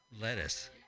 lettuce